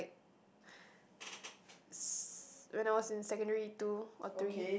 when I was in secondary two or three